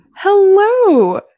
Hello